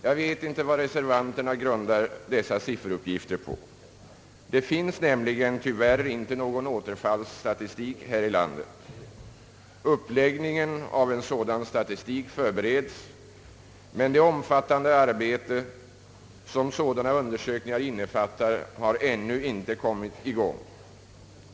Jag vet inte vad reservanterna grundar dessa sifferuppgifter på. Det finns nämligen tyvärr inte någon återfallsstatistik här i landet. Uppläggningen av en sådan statistik förberedes, men det omfattande arbete som sådana undersökningar innefattar har ännu inte kommit i gång.